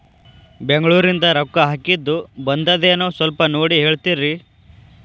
ಬೆಂಗ್ಳೂರಿಂದ ರೊಕ್ಕ ಹಾಕ್ಕಿದ್ದು ಬಂದದೇನೊ ಸ್ವಲ್ಪ ನೋಡಿ ಹೇಳ್ತೇರ?